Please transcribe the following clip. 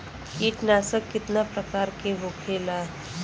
कीटनाशक कितना प्रकार के होखेला?